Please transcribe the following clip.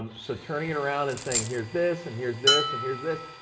um so turning it around and saying, here's this and here's this and here's this.